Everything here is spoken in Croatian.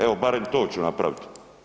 Evo barem to ću napraviti.